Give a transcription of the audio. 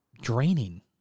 draining